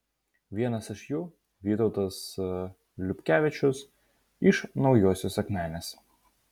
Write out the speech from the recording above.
vienas iš jų vytautas liubkevičius iš naujosios akmenės